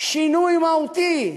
שינוי מהותי,